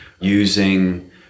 using